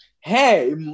Hey